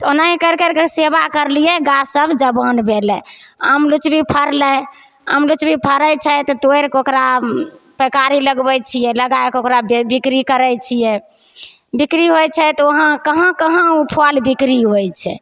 तऽ ओनाही करि करिके सेबा करलियै गाछ सब जबान भेलै आम लुचबी फड़लै आम लुचबी फड़ैत छै तऽ तोड़िके ओकरा पैकारी लगबैत छियै लगाएकऽ ओकरा बिक्री करैत छियै बिक्री होइत छै तऽ वहाँ कहाँ कहाँ ओ फल बिक्री होइत छै